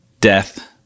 death